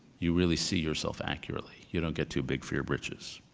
you really see yourself accurately. you don't get too big for your britches.